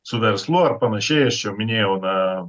su verslu ar panašiai aš čia jau minėjau na